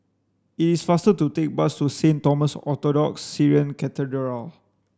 it is faster to take bus to Saint Thomas Orthodox Syrian Cathedral